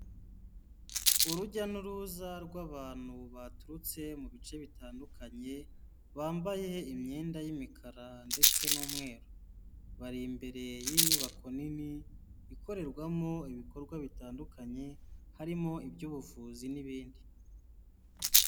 Urujya n'uruza rw'abantu baturutse mu bice bitandukanye, bambaye imyenda y'imikara ndetse n'umweru. Bari imbere y'inyubako nini, ikorerwamo ibikorwa bitandukanye, harimo iby'ubuvuzi n'ibindi.